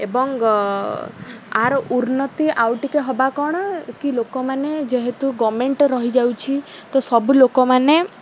ଏବଂ ଆର ଉନ୍ନତି ଆଉ ଟିକେ ହେବା କ'ଣ କି ଲୋକମାନେ ଯେହେତୁ ଗଭର୍ନମେଣ୍ଟ ରହିଯାଉଛି ତ ସବୁ ଲୋକମାନେ